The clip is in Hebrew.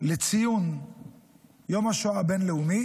לציון יום השואה הבין-לאומי